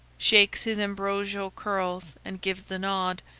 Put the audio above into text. shakes his ambrosial curls and gives the nod,